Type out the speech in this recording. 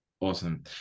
Awesome